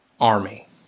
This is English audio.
army